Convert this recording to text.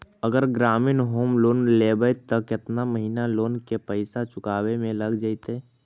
अगर ग्रामीण home loan लेबै त केतना महिना लोन के पैसा चुकावे में लग जैतै?